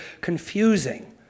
confusing